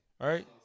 right